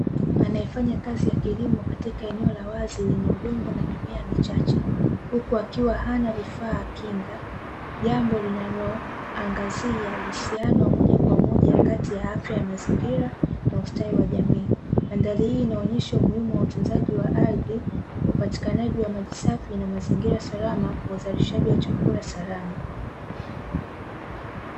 Mtu anayefanya kazi ya kilimo katika eneo la wazi lenye udongo na mimea michache, huku akiwa hana vifaa kinga, jambo linaloangazia uhusiano wa moja kwa moja kati ya afya ya mazingira na ustawi wa jamii. Mandhari hii inaonyesha umuhimu wa utunzaji wa ardhi, upatikanaji wa maji safi na mazingira salama kwa uzalishaji wa chakula salama.